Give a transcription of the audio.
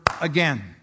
again